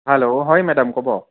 hello হয় madam ক'ব